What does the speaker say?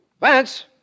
Vance